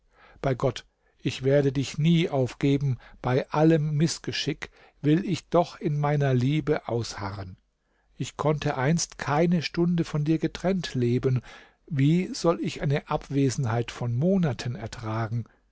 bei gott ich werde dich nie aufgeben bei allem mißgeschick will ich doch in meiner liebe ausharren ich konnte einst keine stunde von dir getrennt leben wie soll ich eine abwesenheit von monaten ertragen